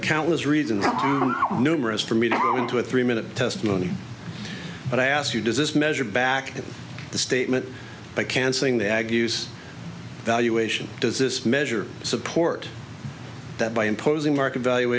are countless reasons numerous for me to go into a three minute testimony but i ask you does this measure back the statement by canceling the aggies valuation does this measure support that by imposing market valu